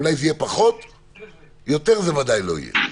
אולי זה יהיה פחות יותר זה ודאי לא יהיה.